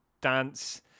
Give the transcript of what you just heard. dance